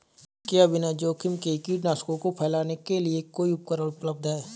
क्या बिना जोखिम के कीटनाशकों को फैलाने के लिए कोई उपकरण उपलब्ध है?